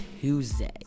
Tuesday